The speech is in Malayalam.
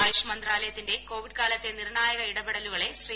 ആയുഷ് മന്ത്രാലയത്തിന്റെയും കോവിഡ് കാലത്തെ നിർണായക ഇടപെടലുകളെ ശ്രീ